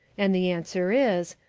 and the answer is,